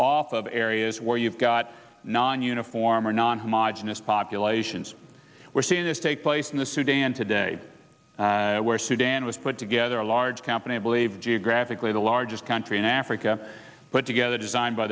off of areas where you've got non uniform or non homogenous populations we're seeing this take place in the sudan today where sudan was put together a large company believe geographically the largest country in africa but together designed by